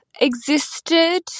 existed